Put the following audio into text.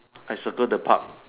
I circle the pub